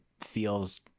feels